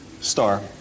star